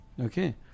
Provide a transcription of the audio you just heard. Okay